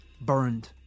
burned